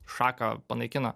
šaką panaikino